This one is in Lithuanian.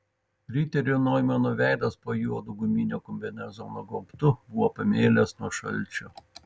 riterio noimano veidas po juodu guminio kombinezono gaubtu buvo pamėlęs nuo šalčio